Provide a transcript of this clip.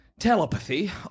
Telepathy